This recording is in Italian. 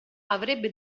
avrebbe